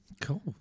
cool